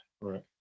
right